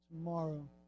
tomorrow